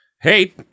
hey